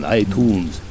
iTunes